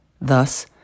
Thus